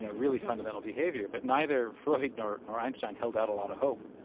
ah really fundamental behavior. but neither freud nor nor einstein held out a lot of hope